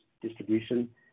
distribution